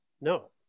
No